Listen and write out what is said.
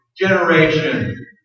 generation